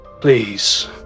please